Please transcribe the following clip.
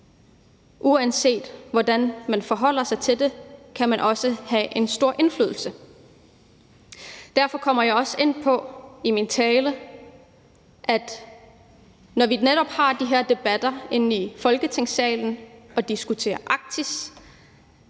Uanset hvordan man forholder sig til det, kan man også have en stor indflydelse. Derfor kommer jeg i min tale også ind på, at netop når vi har de her debatter inde i Folketingssalen og diskuterer Arktis,